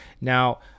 now